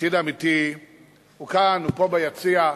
העתיד האמיתי הוא כאן, הוא פה ביציע,